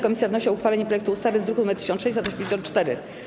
Komisja wnosi o uchwalenie projektu ustawy z druku nr 1684.